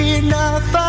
enough